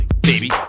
baby